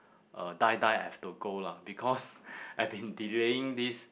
uh die die I have to go lah because I've been delaying this